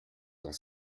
dans